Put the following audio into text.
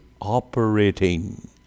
operating